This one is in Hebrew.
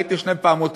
ראיתי שני פמוטים,